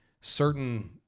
certain